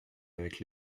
avec